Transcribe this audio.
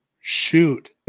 shoot